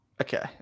Okay